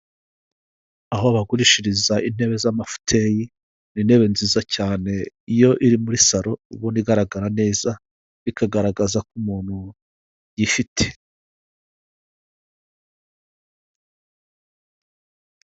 Aho bagurishiriza intebe z'amafuteyi, ni intebe nziza cyane, iyo iri muri salon ubona igaragara neza, bikagaragaza ko umuntu yifite.